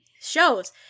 shows